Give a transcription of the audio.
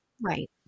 Right